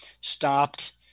stopped